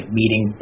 meeting